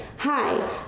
hi